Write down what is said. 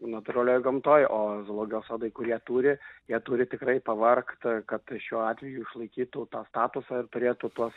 natūralioj gamtoj o zoologijos sodai kurie turi jie turi tikrai pavargt kad šiuo atveju išlaikytų tą statusą ir turėtų tuos